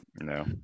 no